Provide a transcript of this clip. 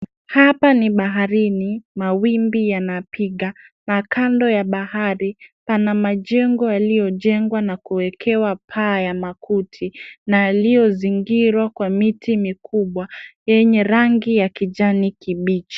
Hapa ni baharini mawimbi yanapiga na kando ya bahari pana majengo yaliyojengwa na kuekewa paa ya makuti na yaliyozingirwa kwa miti mikubwa yenye rangi ya kijani kibichi.